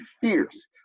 fierce